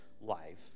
life